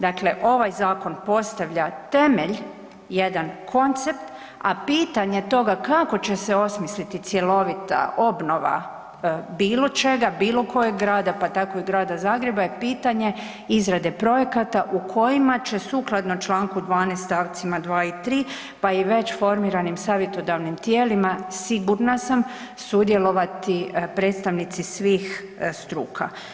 Dakle, ovaj zakon postavlja temelj, jedan koncept, a pitanje toga kako će se osmisliti cjelovita obnova bilo čega, bilo kojeg grada pa tako i Grada Zagreba je pitanje izrade projekata u kojima će sukladno Članku 12. stavcima 2. i 3. pa i već formiranim savjetodavnim tijelima sigurna sam sudjelovati predstavnici svih struka.